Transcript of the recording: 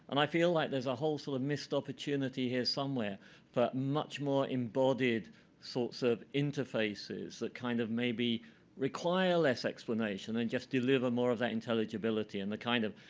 and i feel like there's a whole sort of missed opportunity here somewhere for much more embodied sorts of interfaces that kind of maybe require less explanation and just deliver more of that intelligibility and the kind of,